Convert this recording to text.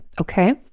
Okay